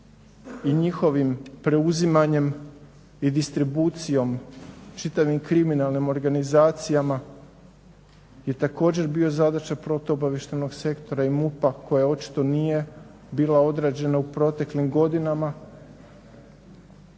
i njihovim preuzimanjem i distribucijom, čitavim kriminalnim organizacijama je također bio zadaća protu obavještajnog sektora i MUP-a koja očito nije bila odrađena u proteklim godinama.